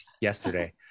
yesterday